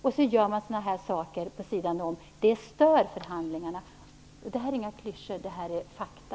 Sedan görs då sådana här saker vid sidan om. Det stör förhandlingarna. Detta är inte några klyschor, detta är fakta.